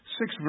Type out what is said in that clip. six